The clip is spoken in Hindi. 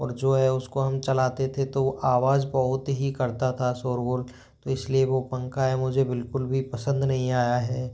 और जो है उसको हम चलाते थे तो आवाज़ बहुत ही करता था शोरगुल तो इसलिए वह पंखा है मुझे बिल्कुल भी पसंद नहीं आया है